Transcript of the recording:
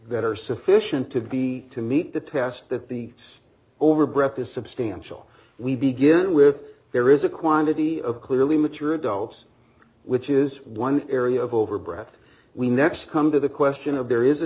that are sufficient to be to meet the task that the state over breath is substantial we begin with there is a quantity of clearly mature adults which is one area of over breath we next come to the question of there is a